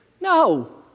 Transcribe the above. No